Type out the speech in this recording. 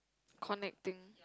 connecting